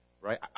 Right